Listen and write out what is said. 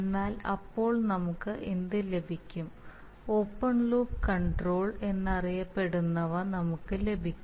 എന്നാൽ അപ്പോൾ നമുക്ക് എന്ത് ലഭിക്കും ഓപ്പൺ ലൂപ്പ് കൺട്രോൾ എന്നറിയപ്പെടുന്നവ നമുക്ക് ലഭിക്കും